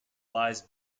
lies